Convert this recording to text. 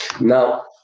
Now